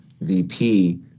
vp